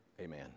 amen